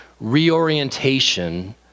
reorientation